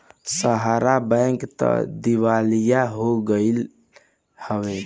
सहारा bank तअ दिवालिया हो गईल हवे